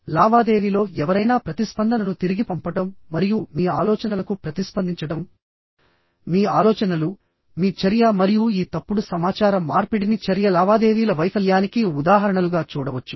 లావాదేవీలో ఎవరైనా ప్రతిస్పందనను తిరిగి పంపడం మరియు మీ ఆలోచనలకు ప్రతిస్పందించడం మీ ఆలోచనలు మీ చర్య మరియు ఈ తప్పుడు సమాచార మార్పిడిని చర్య లావాదేవీల వైఫల్యానికి ఉదాహరణలుగా చూడవచ్చు